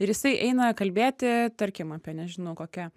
ir jisai eina kalbėti tarkim apie nežinau kokią